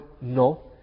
no